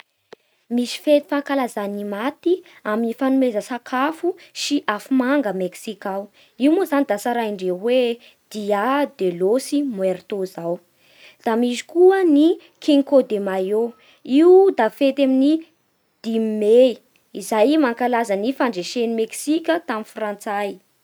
Misy fety fankalazà ny maty amin'ny fanomeza sakafo sy afomanga a Meksika ao. Io moa zany da tsaraindreo hoe dia de los muertos zao. Da misy koa ny cinco de mayo. Io da fety amin'ny dimy mey izay mankalaza ny fandresen'ny Meksika tamin'ny Frantsay.